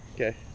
Okay